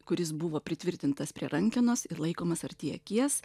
kuris buvo pritvirtintas prie rankenos ir laikomas arti akies